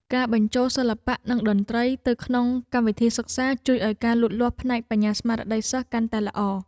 ការបញ្ចូលសិល្បៈនិងតន្ត្រីទៅក្នុងកម្មវិធីសិក្សាជួយឱ្យការលូតលាស់ផ្នែកបញ្ញាស្មារតីសិស្សកាន់តែល្អ។